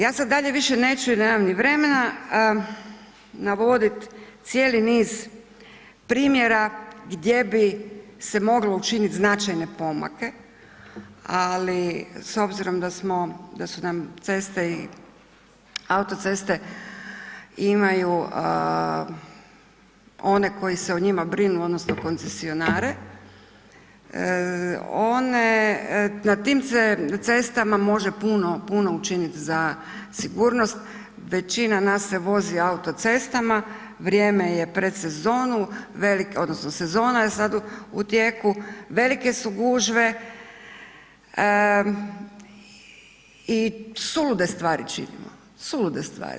Ja sad dalje više neću jer nemam ni vremena navodit cijeli niz primjera gdje bi se moglo učiniti značajne pomake, ali s obzirom da su nam ceste i autoceste imaju one koji se o njima brinu odnosno koncesionare, one na tim se cestama može puno, puno učinit za sigurnost, većina nas se vozi autocestama, vrijeme je pred sezonu odnosno sezona je sad u tijeku, velike su gužve i sulude stvari činimo, sulude stvari.